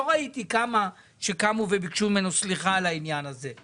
לא ראיתי כמה שקמו וביקשו ממנו סליחה על העניין הזה.